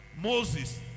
Moses